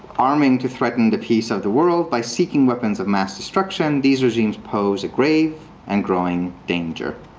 arming to threaten the peace of the world by seeking weapons of mass destruction, these regimes pose a grave and growing danger.